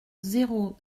zéro